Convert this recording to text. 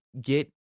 get